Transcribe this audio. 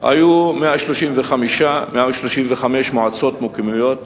היו 135 מועצות מקומיות במשבר,